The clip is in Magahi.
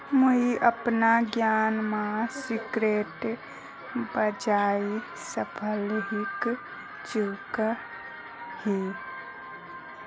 मुईअपना ऋण मासिकेर बजाय साप्ताहिक चुका ही